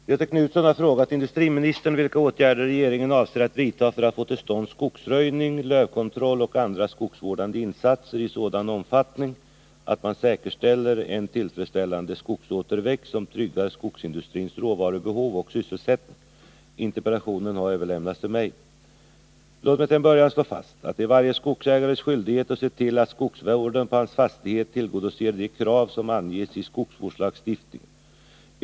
Herr talman! Göthe Knutson har frågat industriministern vilka åtgärder regeringen avser att vidta för att få till stånd skogsröjning, lövkontroll och andra skogsvårdande insatser i sådan omfattning att man säkerställer en tillfredsställande skogsåterväxt som tryggar skogsindustrins råvarubehov och sysselsättning. Interpellationen har överlämnats till mig. Låt mig till en början slå fast att det är varje skogsägares skyldighet att se till att skogsvården på hans fastighet tillgodoser de krav som anges i skogsvårdslagstiftningen.